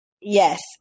Yes